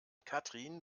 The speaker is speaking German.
katrin